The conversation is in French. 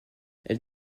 elle